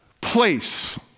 place